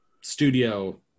studio